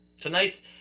Tonight's